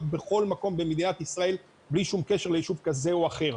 בכל מקום במדינת ישראל בלי שום קשר ליישוב כזה או אחר.